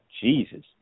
Jesus